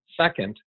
Second